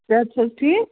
صحت چھِ حَظ ٹھیٖک